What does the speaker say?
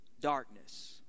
darkness